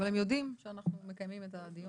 אבל הם יודעים שאנחנו מקיימים את הדיון.